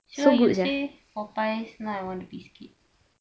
sebab you say Popeyes now I want the biscuit